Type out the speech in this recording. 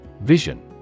Vision